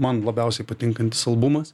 man labiausiai patinkantis albumas